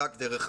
רק דרך הגרוש.